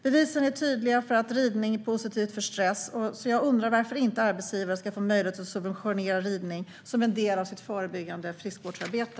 Bevisen är tydliga för att ridning är positivt när det gäller stress, så jag undrar varför arbetsgivare inte ska få möjlighet att subventionera ridning som en del av sitt förebyggande friskvårdsarbete.